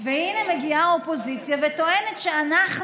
והינה מגיעה האופוזיציה וטוענת שאנחנו